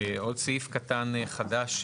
עוד סעיף קטן חדש,